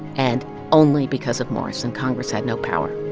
and only because of morrison, congress had no power